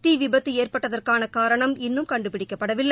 தீ விபத்து ஏற்பட்டதற்கான காரணம் இன்னும் கண்டுபிடிக்கப்படவில்லை